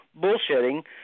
bullshitting